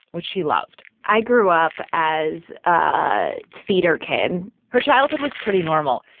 which she loved i grew up as a feeder kid her childhood was pretty normal,